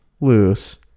Loose